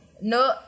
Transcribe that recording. No